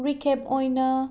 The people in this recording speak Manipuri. ꯔꯤꯀꯦꯞ ꯑꯣꯏꯅ